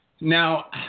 Now